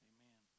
Amen